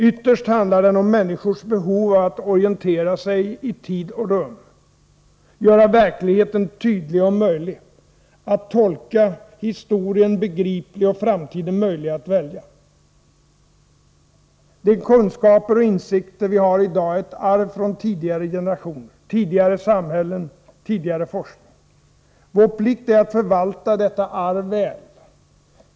Ytterst handlar den om människors behov av att orientera sig i tid och rum, att göra verkligheten tydlig och möjlig att tolka, historien begriplig och framtiden möjlig att välja. De kunskaper och insikter vi har i dag är ett arv från tidigare generationer, tidigare samhällen, tidigare forskning. Vår plikt är att förvalta detta arv väl.